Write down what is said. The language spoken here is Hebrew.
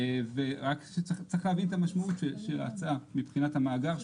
רק צריך להבין את המשמעות של ההצעה מבחינת המאגר.